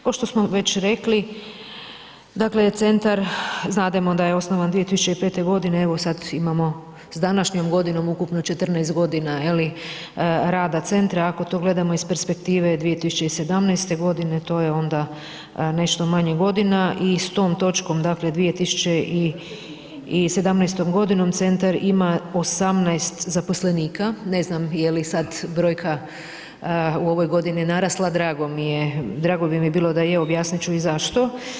Ko što smo već rekli dakle centar znademo da je osnovan 2005. godine evo sad imamo s današnjom godinom ukupno 14 godina je li rada centra, ako to gledamo iz perspektive 2017. godine to je onda nešto manje godina i s tom točkom dakle 2017. godinom centar ima 18 zaposlenika, ne znam je li sad brojka u ovoj godini narasla, drago mi je, drago bi mi bilo da je, objasnit ću i zašto.